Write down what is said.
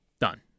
Done